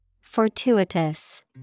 Fortuitous